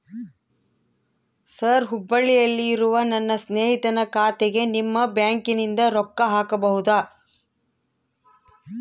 Sir ಹುಬ್ಬಳ್ಳಿಯಲ್ಲಿ ಇರುವ ನನ್ನ ಸ್ನೇಹಿತನ ಖಾತೆಗೆ ನಿಮ್ಮ ಬ್ಯಾಂಕಿನಿಂದ ರೊಕ್ಕ ಹಾಕಬಹುದಾ?